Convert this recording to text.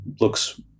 looks